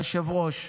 היושב-ראש,